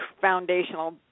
foundational